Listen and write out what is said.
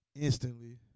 instantly